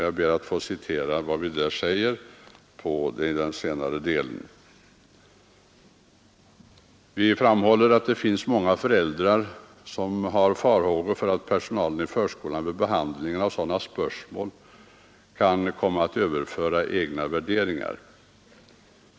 Jag ber att få citera vad vi säger i senare delen av det särskilda yttrandet. Vi framhåller att det hos många föräldrar finns ”farhågor för att personalen i förskolan vid behandlingen av sådana spörsmål kan komma att överföra ensidiga värderingar.